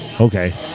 okay